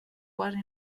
quasi